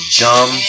dumb